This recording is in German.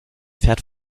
fährt